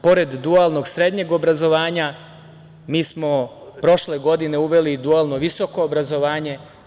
Pored dualnog srednjeg obrazovanja, mi smo prošle godine uveli dualno visoko obrazovanje.